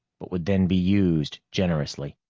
but would then be used generously.